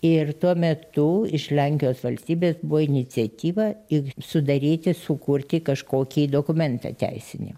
ir tuo metu iš lenkijos valstybės buvo iniciatyva ir sudaryti sukurti kažkokį dokumentą teisinį